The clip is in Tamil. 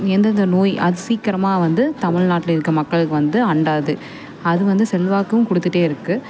எந்தெந்த நோய் அது சீக்கிரமாக வந்து தமிழ்நாட்டுல இருக்கிற மக்களுக்கு வந்து அண்டாது அது வந்து செல்வாக்கும் கொடுத்துட்டே இருக்குது